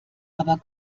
aber